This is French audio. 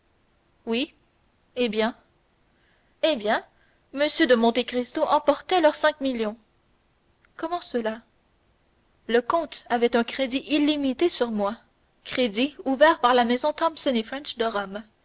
oui eh bien eh bien m de monte cristo emportait leur cinq millions comment cela le comte avait un crédit illimité sur moi crédit ouvert par la maison